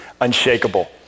Unshakable